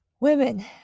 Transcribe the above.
Women